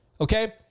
Okay